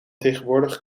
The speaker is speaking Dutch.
tegenwoordig